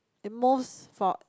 it moves forwards